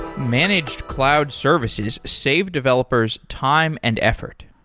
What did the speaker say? managed cloud services save developers time and effort.